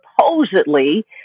supposedly